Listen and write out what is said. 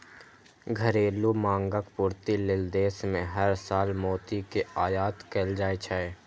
घरेलू मांगक पूर्ति लेल देश मे हर साल मोती के आयात कैल जाइ छै